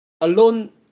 alone